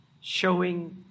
showing